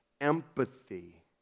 empathy